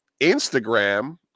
Instagram